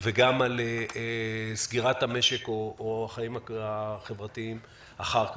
וגם על סגירת המשק או החיים החברתיים אחר כך.